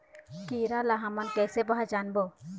कीरा ला हमन कइसे पहचानबो?